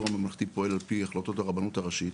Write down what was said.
הממלכתי פועל על פי החלטות הרבנות הראשית,